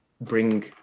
bring